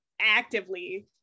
actively